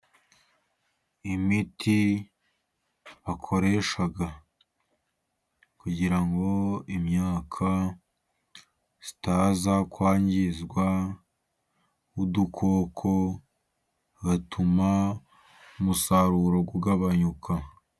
Imiti bakoresha kugira ngo imyaka itaza kwangizwa n'udukoko, bigatuma umusaruro ugabanyuka.